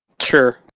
Sure